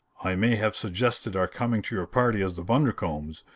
i may have suggested our coming to your party as the bundercombes,